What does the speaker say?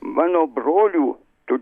mano brolių tu